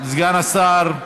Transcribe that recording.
סגן השר.